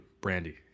brandy